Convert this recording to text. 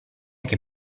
che